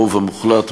הרוב המוחלט,